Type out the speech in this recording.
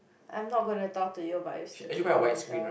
I'm not going to talk to you about your stupid monitor